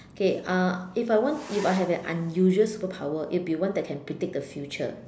okay uh if I want if I have an unusual superpower it'll be one that can predict the future